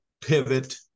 pivot